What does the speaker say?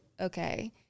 okay